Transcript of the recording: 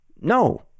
No